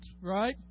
right